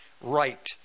right